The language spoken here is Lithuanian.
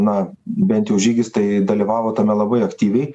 na bent jau žygis tai dalyvavo tame labai aktyviai